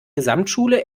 gesamtschule